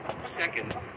Second